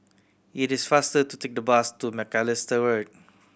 it is faster to take the bus to Macalister Road